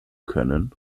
können